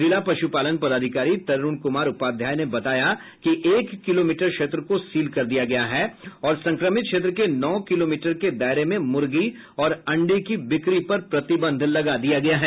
जिला पशुपालन पदाधिकारी तरूण कुमार उपाध्याय ने बताया कि एक किलोमीटर क्षेत्र को सील कर दिया गया है और संक्रमित क्षेत्र के नौ किलोमीटर के दायरे में मुर्गी और अंडे की बिक्री पर प्रतिबंध लगा दिया गया है